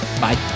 Bye